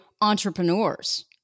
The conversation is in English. entrepreneurs